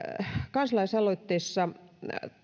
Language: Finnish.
kansalaisaloitteessa